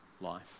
life